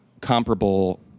comparable